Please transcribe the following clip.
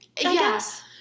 Yes